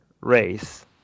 race